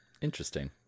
Interesting